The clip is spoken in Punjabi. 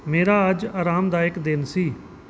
ਮੇਰਾ ਅੱਜ ਅਰਾਮਦਾਇਕ ਦਿਨ ਸੀ